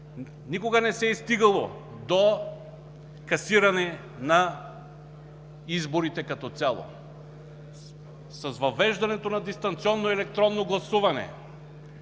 България не се е стигало до касиране на изборите като цяло. С въвеждането на дистанционно електронно гласуване,